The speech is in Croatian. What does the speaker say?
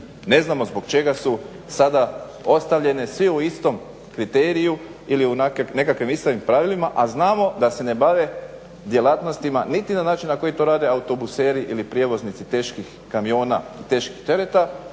ne znamo zbog čega su sada ostavljene sve u istom kriteriju ili u nekakvim …/Govornik se ne razumije./… pravilima a znamo da se ne bave djelatnostima niti na način na koji to rade autobuseri ili prijevoznici teških kamiona i teških tereta